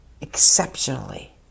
exceptionally